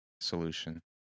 solution